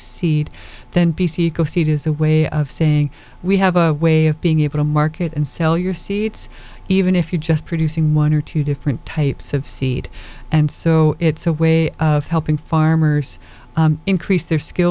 seed then b c eco seed is a way of saying we have a way of being able to market and sell your seats even if you just producing one or two different types of seed and so it's a way of helping farmers increase their skill